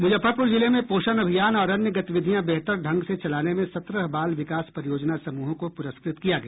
मुजफ्फरपुर जिले में पोषण अभियान और अन्य गतिविधियां बेहतर ढंग से चलाने में सत्रह बाल विकास परियोजना समूहों को पुरस्कृत किया गया